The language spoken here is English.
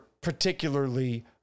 particularly